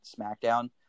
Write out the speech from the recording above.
SmackDown